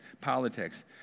politics